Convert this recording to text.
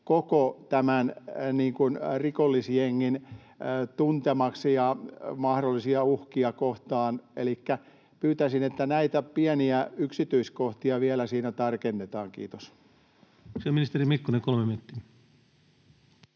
koko tämän rikollisjengin tuntemaksi ja mahdollisia uhkia kohtaamaan. Elikkä pyytäisin, että näitä pieniä yksityiskohtia vielä siinä tarkennetaan. — Kiitos.